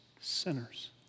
sinners